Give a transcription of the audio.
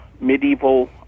medieval